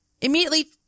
immediately